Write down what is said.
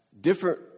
different